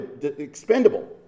expendable